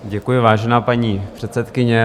Děkuji, vážená paní předsedkyně.